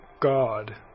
God